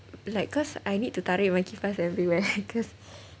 like cause I need to tarik my kipas everywhere cause